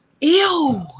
Ew